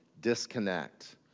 disconnect